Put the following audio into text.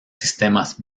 sistemas